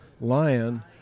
Lion